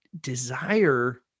desire